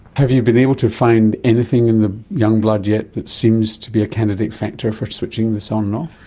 have you been able to find anything in the young blood yet that seems to be a candidate factor for switching this on and off?